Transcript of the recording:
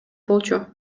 болчу